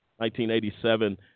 1987